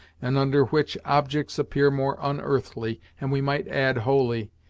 and under which objects appear more unearthly, and we might add holy,